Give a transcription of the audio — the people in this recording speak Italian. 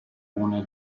cuneo